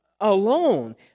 alone